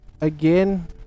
Again